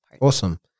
Awesome